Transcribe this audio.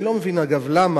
אני לא מבין למה,